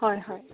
হয় হয়